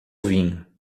vinho